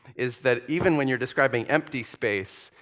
is that even when you're describing empty space,